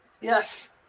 Yes